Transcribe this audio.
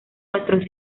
nuestros